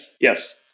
Yes